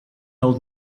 old